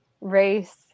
race